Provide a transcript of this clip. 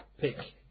pick